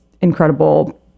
incredible